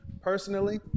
Personally